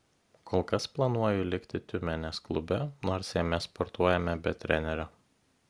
kol kas planuoju likti tiumenės klube nors jame sportuojame be trenerio